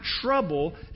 trouble